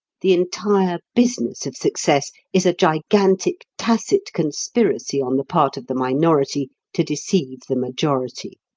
the entire business of success is a gigantic tacit conspiracy on the part of the minority to deceive the majority.